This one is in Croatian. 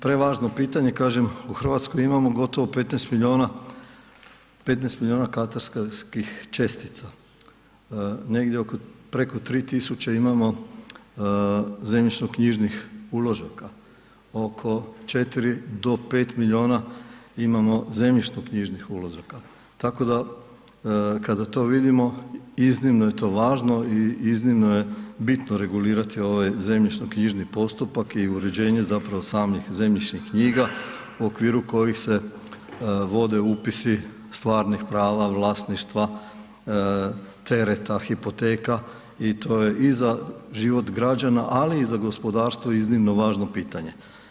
Prevažno pitanje kažem, u Hrvatskoj imamo 15 miliona, 15 miliona katastarskih čestica, negdje oko preko 3.000 imamo zemljišnoknjižnih uložaka, oko 4 do 5 miliona imamo zemljišnoknjižnih uložaka, tako da kada to vidimo iznimno je to važno i iznimno je bitno regulirati ove zemljišnoknjižni postupak i uređenje zapravo samih zemljišnih knjiga u okviru kojih se vode upisi stvarnih prava vlasništva, tereta, hipoteka i to je i za život građana ali i za gospodarstvo iznimno važno pitanje.